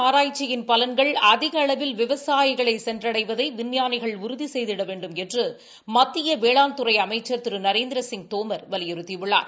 ஆராய்ச்சியின் பலன்கள் அதிக அளவில் விவசாயிகளை வேளாண் சென்றடைவதை விஞ்ஞானிகள் உறுதி செய்திட வேண்டுமென்று மத்திய வேளாண் துறை அமைச்சர் திரு நரேந்திரசிங் தோமர் வலியுறுத்தியுள்ளார்